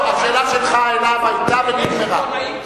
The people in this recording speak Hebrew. השאלה שלך אליו היתה ונגמרה.